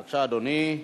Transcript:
בבקשה, אדוני.